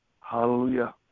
Hallelujah